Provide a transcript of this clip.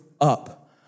up